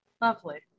lovely